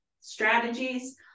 strategies